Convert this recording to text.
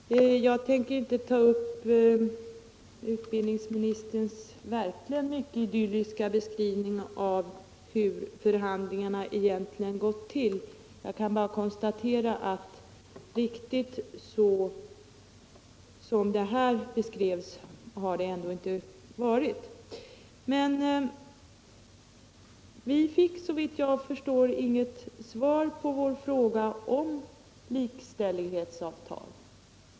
Herr talman! Jag tänker inte ta upp utbildningsministerns verkligen mycket idylliska beskrivning av hur förhandlingarna egentligen gått till. Jag kan bara konstatera alt riktigt så som de här beskrevs har de inte varit. 37 sättning till konstnärer Vi fick såvitt jag förstår inget svar på vår fråga om likställighetsavtal.